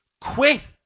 quit